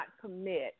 commit